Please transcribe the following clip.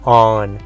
on